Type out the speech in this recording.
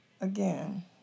Again